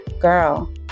girl